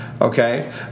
Okay